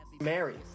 Mary